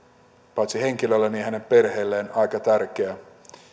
paitsi henkilölle myös hänen perheelleen aika tärkeä